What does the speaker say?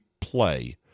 play